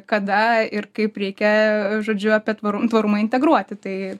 kada ir kaip reikia žodžiu apie tvarum tvarumą integruoti tai